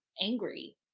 angry